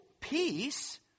peace